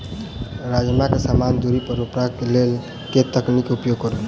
राजमा केँ समान दूरी पर रोपा केँ लेल केँ तकनीक केँ प्रयोग करू?